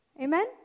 Amen